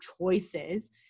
choices